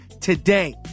today